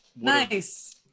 nice